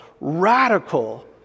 radical